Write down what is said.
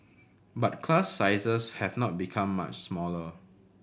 but class sizes have not become much smaller